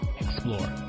explore